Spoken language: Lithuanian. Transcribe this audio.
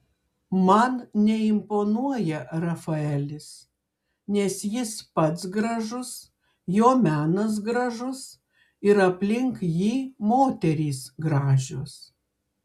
man neimponuoja rafaelis nes jis pats gražus jo menas gražus ir aplink jį moterys gražios